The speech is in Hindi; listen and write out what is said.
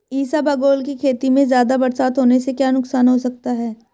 इसबगोल की खेती में ज़्यादा बरसात होने से क्या नुकसान हो सकता है?